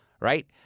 Right